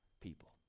people